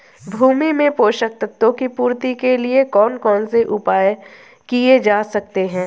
भूमि में पोषक तत्वों की पूर्ति के लिए कौन कौन से उपाय किए जा सकते हैं?